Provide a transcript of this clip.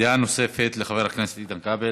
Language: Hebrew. דעה נוספת לחבר הכנסת איתן כבל,